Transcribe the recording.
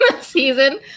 season